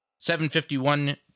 7.51